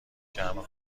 جمع